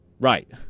right